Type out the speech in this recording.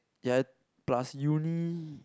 ya plus uni